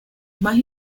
más